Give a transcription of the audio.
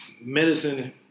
Medicine